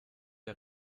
der